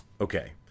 Okay